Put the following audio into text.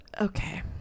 Okay